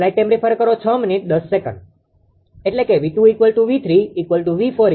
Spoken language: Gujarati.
એટલે કે 𝑉2 𝑉3 𝑉4 𝑉1 એકમ દીઠ 1∠0° છે